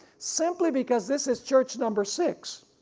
simply because this is church number six,